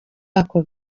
ako